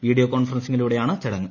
video കോൺഫറൻസിങിലൂടെയാണ് ചടങ്ങ്